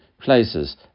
places